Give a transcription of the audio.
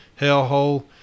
hellhole